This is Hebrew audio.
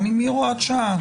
גם אם היא הוראת שעה.